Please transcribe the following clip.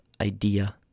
idea